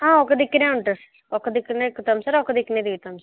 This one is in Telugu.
ఒక దిక్కునే ఉంటుంది సార్ ఒక దిక్కున ఎక్కుతాం సార్ ఒక దిక్కున దిగుతాం సార్